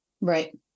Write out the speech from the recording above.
Right